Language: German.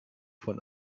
von